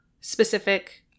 specific